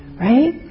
right